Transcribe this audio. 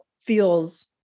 feels